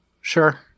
sure